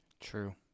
True